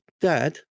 Dad